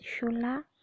shula